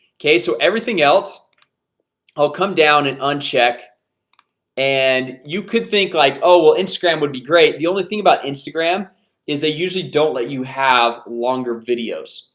okay, so everything else i'll come down and uncheck and you could think like oh, well instagram would be great the only thing about instagram is they usually don't let you have longer videos.